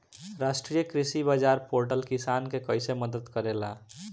राष्ट्रीय कृषि बाजार पोर्टल किसान के कइसे मदद करेला?